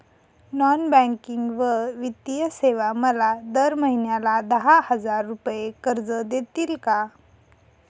Non banking व वित्तीय सेवा मला दर महिन्याला दहा हजार रुपये कर्ज देतील का?